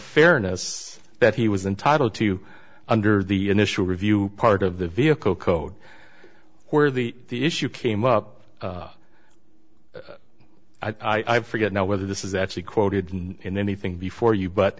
fairness that he was entitled to under the initial review part of the vehicle code where the issue came up i forget now whether this is actually quoted in anything before you but